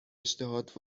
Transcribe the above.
اشتهات